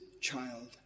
child